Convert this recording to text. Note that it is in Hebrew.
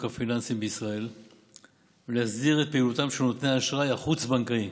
הפיננסים בישראל ולהסדיר את פעילותם של נותני האשראי החוץ-בנקאי.